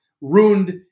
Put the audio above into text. ruined